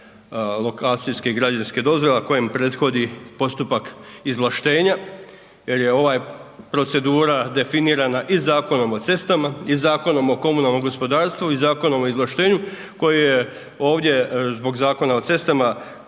lokacijske i građevinske dozvole, a kojem prethodi postupak izvlaštenja jer je ova procedura definirana i Zakonom o cestama i Zakonom o komunalnom gospodarstvu i Zakonom o izvlaštenju koji je ovdje zbog Zakona o cestama,